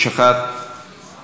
ההסתייגות (3)